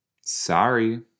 Sorry